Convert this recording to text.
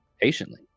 patiently